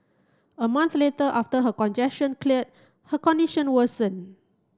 a month later after her congestion cleared her condition worsened